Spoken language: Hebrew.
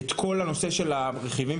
כל נושא הרכיבים,